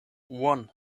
one